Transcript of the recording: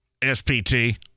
SPT